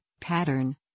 pattern